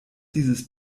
dieses